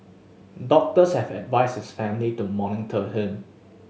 doctors have advised his family to monitor him